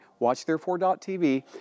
watchtherefore.tv